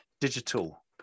digital